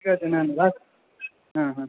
ঠিক আছে ম্যাম রাখ হ্যাঁ হ্যাঁ হ্যাঁ